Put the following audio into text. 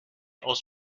aus